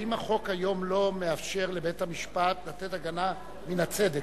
האם החוק היום לא מאפשר לבית-המשפט לתת "הגנה מן הצדק",